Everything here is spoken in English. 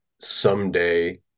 someday